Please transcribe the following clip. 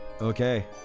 Okay